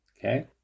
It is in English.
Okay